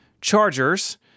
chargers